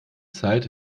zeit